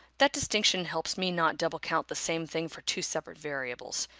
that distinction helps me not double-count the same thing for two separate variables.